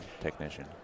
technician